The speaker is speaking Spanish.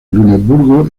luneburgo